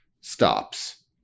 stops